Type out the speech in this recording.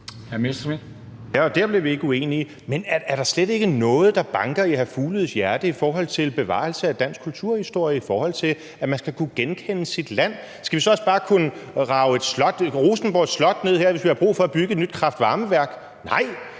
(DF): Der bliver vi ikke uenige. Men er der slet ikke noget, der banker i hr. Mads Fugledes hjerte i forhold til bevarelse af dansk kulturhistorie, i forhold til at man skal kunne genkende sit land? Skal vi så også bare kunne rage et slot, f.eks. Rosenborg Slot, ned, hvis vi har brug for at bygge et nyt kraft-varme-værk? Nej,